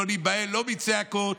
לא ניבהל, לא מצעקות,